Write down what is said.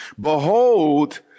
behold